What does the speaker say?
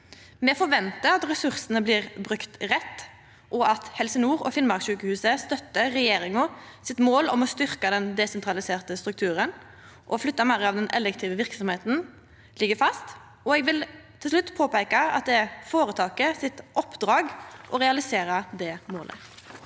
Me forventar at ressursane blir brukte rett, og at Helse nord og Finnmarkssykehuset støttar regjeringa sitt mål om å styrkja den desentraliserte strukturen. Å flytta meir av den elektive verksemda ligg fast, og eg vil til slutt påpeika at det er føretaket sitt oppdrag å realisera det målet.